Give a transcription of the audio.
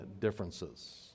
differences